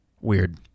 Weird